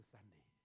Sunday